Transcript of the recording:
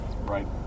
right